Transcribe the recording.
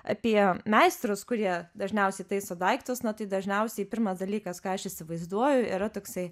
apie meistrus kurie dažniausiai taiso daiktus na tai dažniausiai pirmas dalykas ką aš įsivaizduoju yra toksai